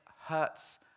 hurts